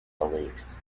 beliefs